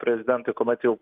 prezidentai kuomet jau